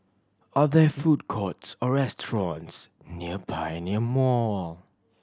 are there food courts or restaurants near Pioneer Mall